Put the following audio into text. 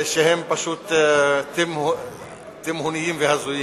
שהם פשוט תימהוניים והזויים.